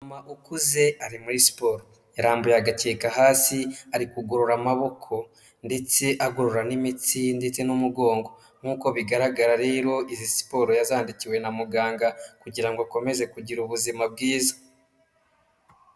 Umumama ukuze ari muri siporo, yarambuye agakeka hasi ari kugorora amaboko ndetse agorora n'imitsi ndetse n'umugongo nk'uko bigaragara rero, izi siporo yazandikiwe na muganga kugira ngo akomeze kugira ubuzima bwiza.